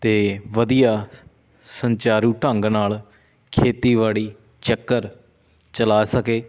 ਅਤੇ ਵਧੀਆ ਸੁਚਾਰੂ ਢੰਗ ਨਾਲ ਖੇਤੀਬਾੜੀ ਚੱਕਰ ਚਲਾ ਸਕੇ